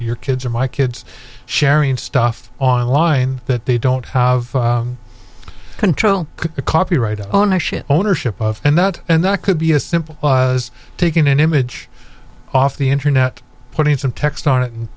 your kids or my kids sharing stuff online that they don't have control copyright ownership ownership of and that and that could be as simple was taking an image off the internet putting some text on it